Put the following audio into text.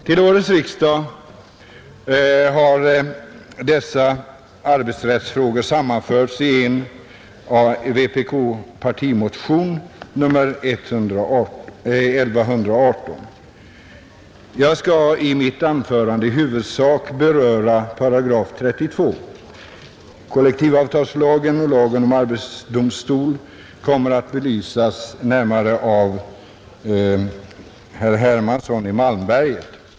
Till årets riksdag har dessa arbetsrättsfrågor sammanställts i vpk:s partimotion nr 1118. Jag skall i mitt anförande i huvudsak beröra § 32. Kollektivavtalslagen och lagen om arbetsdomstol kommer att belysas närmare av herr Hermansson i Malmberget.